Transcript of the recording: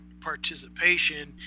participation